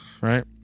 right